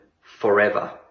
forever